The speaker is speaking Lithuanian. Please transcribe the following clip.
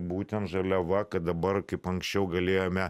būtent žaliava kad dabar kaip anksčiau galėjome